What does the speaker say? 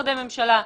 במשרדי הממשלה.